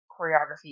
choreography